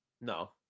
No